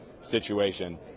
situation